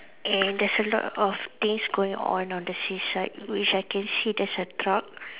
and there's a lot of things going on on the seaside which I can see there's a truck